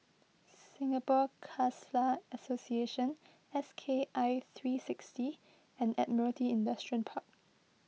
Singapore Khalsa Association S K I three sixty and Admiralty Industrial Park